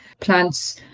plants